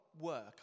work